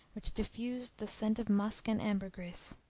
which diffused the scent of musk and ambergris.